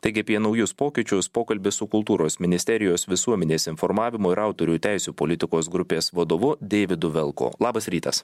taigi apie naujus pokyčius pokalbis su kultūros ministerijos visuomenės informavimo ir autorių teisių politikos grupės vadovu deividu velku labas rytas